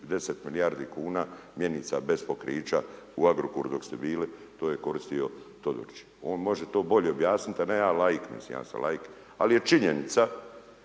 10 milijardi kuna mjenica bez pokrića u Agrokoru dok ste bili, to je koristio Todorić, on može to bolje objasniti a ne ja laik, mislim ja sam laik. Ali je činjenica